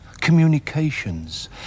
Communications